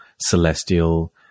celestial